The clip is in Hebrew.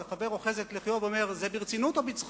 אז החבר אוחז את לחיו ואומר: זה ברצינות או בצחוק?